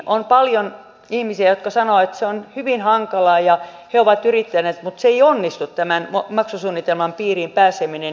on paljon ihmisiä jotka sanovat että se on hyvin hankalaa ja he ovat yrittäneet mutta ei onnistu tämän maksusuunnitelman piiriin pääseminen